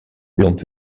peut